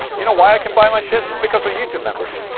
you know why i can buy my shit? because of youtube members.